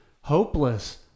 hopeless